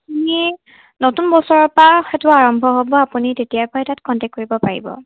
আপুনি নতুন বছৰৰ পৰা সেইটো আৰম্ভ হ'ব আপুনি তেতিয়াৰ পৰাই তাত কণ্টেক্ট কৰিব পাৰিব